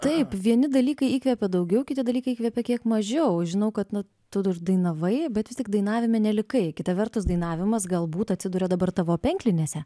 taip vieni dalykai įkvepia daugiau kiti dalykai įkvepia kiek mažiau žinau kad na tu dainavai bet vis tik dainavime nelikai kita vertus dainavimas galbūt atsiduria dabar tavo penklinėse